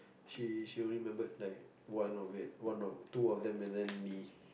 she she only remembered like one of it one of two of them and then me